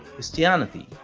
christianity,